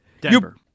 Denver